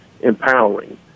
empowering